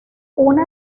una